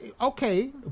okay